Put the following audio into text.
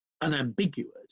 unambiguous